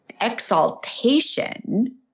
exaltation